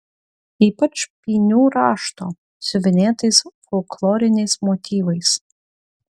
ypač pynių rašto siuvinėtais folkloriniais motyvais